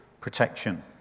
protection